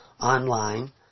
online